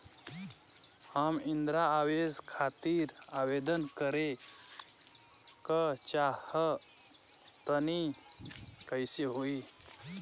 हम इंद्रा आवास खातिर आवेदन करे क चाहऽ तनि कइसे होई?